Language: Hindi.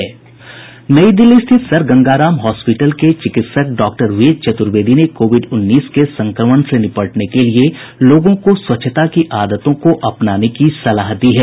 नई दिल्ली स्थित सर गंगाराम हॉस्पिटल के चिकित्सक डॉक्टर वेद चतुर्वेदी ने कोविड उन्नीस के संक्रमण से निपटने के लिए लोगों को स्वच्छता की आदतों को अपनाने की सलाह दी है